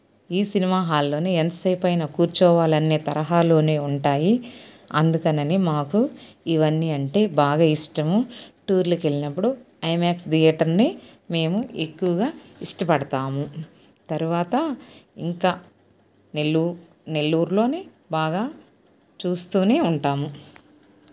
ఈ సినిమా హాల్లో ఎంతసేపు అయిన కూర్చోవాలి అనే తరహాలో ఉంటాయి అందుకని మాకు ఇవన్నీ అంటే బాగా ఇష్టము టూర్కు వెళ్ళినప్పుడు ఐమాక్స్ థియేటర్ని మేము ఎక్కువగా ఇష్టపడతాము తర్వాత ఇంకా నెల్లూ నెల్లూరులో బాగా చూస్తు ఉంటాము